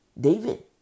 David